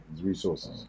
Resources